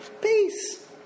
peace